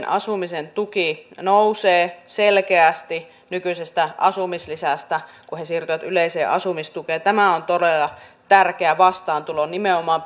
asumisen tuki nousee selkeästi nykyisestä asumislisästä kun he siirtyvät yleiseen asumistukeen tämä on todella tärkeä vastaantulo nimenomaan